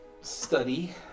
study